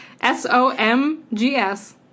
S-O-M-G-S